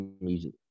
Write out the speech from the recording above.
music